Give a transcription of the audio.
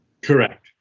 Correct